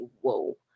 whoa